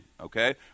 okay